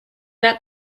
that